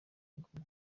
ngombwa